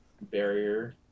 barrier